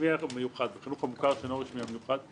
הרשמי המיוחד והחינוך המוכר שאינו רשמי המיוחד,